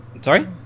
Sorry